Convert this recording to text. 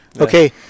okay